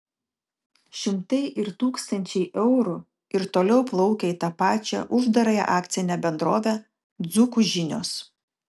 šimtai ir tūkstančiai eurų ir toliau plaukia į tą pačią uždarąją akcinę bendrovę dzūkų žinios